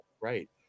right